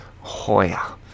Hoya